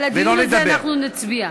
על הדיון הזה אנחנו נצביע.